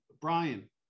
brian